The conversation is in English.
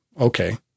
okay